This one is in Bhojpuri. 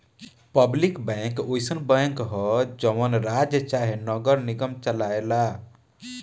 पब्लिक बैंक अउसन बैंक ह जवन राज्य चाहे नगर निगम चलाए ला